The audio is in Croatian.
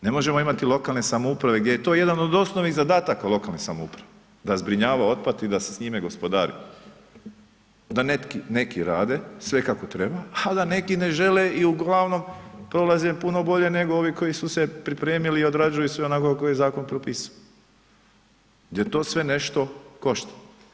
Ne možemo imamo lokalne samouprave gdje je to jedan od osnovnih zadataka lokalne samouprave da zbrinjava otpad i da se s njime gospodari, da neki rade sve kako treba, a da neki ne žele i uglavnom prolaze puno bolje nego ovi koji su se pripremili i odrađuju sve onako kako je zakon propisao jel to sve nešto košta.